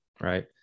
right